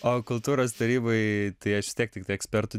o kultūros taryboj tai aš vis tiek tikrai ekspertu